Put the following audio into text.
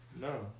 No